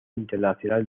internacional